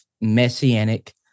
messianic